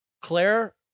Claire